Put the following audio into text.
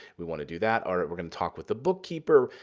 we want to do that, or we're going to talk with the bookkeeper.